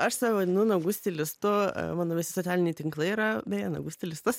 aš save vadinu nagų stilistu mano visi socialiniai tinklai yra beje nagų stilistas